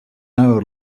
hour